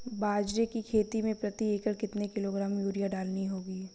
बाजरे की खेती में प्रति एकड़ कितने किलोग्राम यूरिया डालनी होती है?